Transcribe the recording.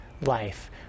life